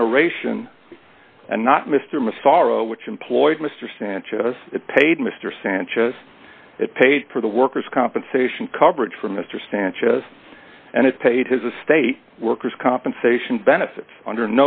generation and not mr massaro which employed mr sanchez paid mr sanchez it paid for the workers compensation coverage for mr sanchez and it paid his the state workers compensation benefits under